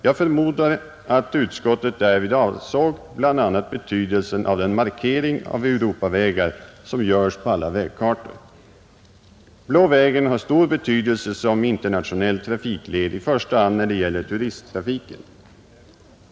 Jag förmodar att utskottet därvid avsåg bl.a. betydelsen av den markering av Europavägar som görs på alla vägkartor. Blå vägen har stor betydelse som internationell trafikled, i första hand när det gäller turisttrafiken.